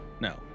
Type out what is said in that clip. No